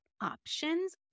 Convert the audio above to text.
Options